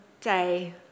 day